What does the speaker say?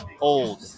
old